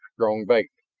strong bait.